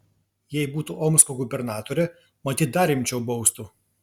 jei būtų omsko gubernatore matyt dar rimčiau baustų